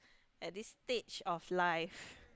at this stage of life